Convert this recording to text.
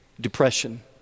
depression